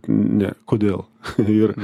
ne kodėl ir